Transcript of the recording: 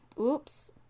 oops